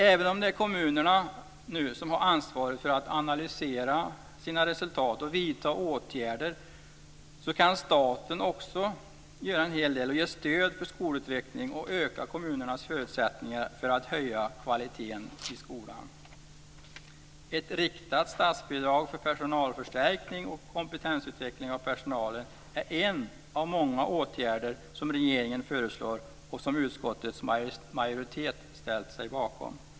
Även om det är kommunerna som nu har ansvaret för att analysera sina resultat och vidta åtgärder kan staten också göra en hel del. Staten kan ge stöd för skolutveckling och öka kommunernas förutsättningar att höja kvaliteten i skolan. Ett riktat statsbidrag för personalförstärkning och kompetensutveckling av personalen är en av många åtgärder som regeringen föreslår och som utskottets majoritet har ställt sig bakom.